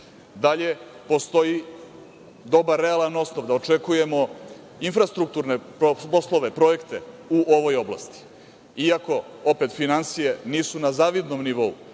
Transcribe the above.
postoji dobar, realan osnov da očekujemo infrastrukturne poslove, projekte u ovoj oblasti, iako opet finansije nisu na zavidnom nivou.